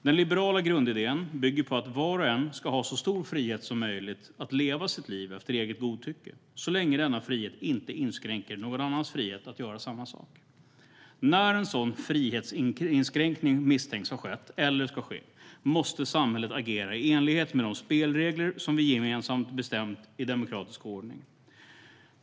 Den liberala grundidén bygger på att var och en ska ha så stor frihet som möjligt att leva sitt liv efter eget godtycke, så länge denna frihet inte inskränker någon annans frihet att göra samma sak. När en sådan frihetsinskränkning misstänks ha skett, eller ska ske, måste samhället agera i enlighet med de spelregler vi gemensamt bestämt i demokratisk ordning.